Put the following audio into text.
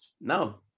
No